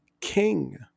king